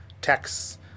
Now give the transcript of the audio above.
texts